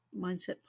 Mindset